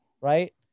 right